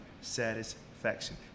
satisfaction